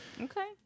Okay